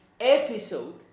episode